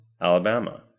Alabama